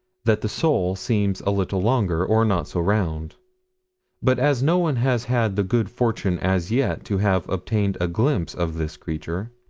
that the sole seems a little longer, or not so round but as no one has had the good fortune as yet to have obtained a glimpse of this creature,